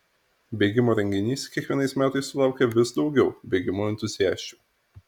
bėgimo renginys kiekvienais metais sulaukia vis daugiau bėgimo entuziasčių